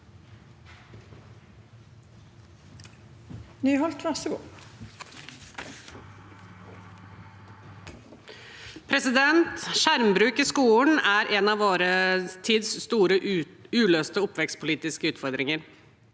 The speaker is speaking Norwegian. leder): Skjermbruk i skolen er en av vår tids store uløste oppvekstpolitiske utfordringer,